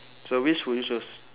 so which will you choose